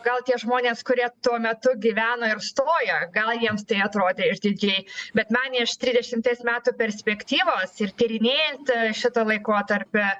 gal tie žmonės kurie tuo metu gyveno ir stojo gal jiems tai atrodė išdidžiai bet man iš trisdešimties metų perspektyvos ir tyrinėjant šitą laikotarpį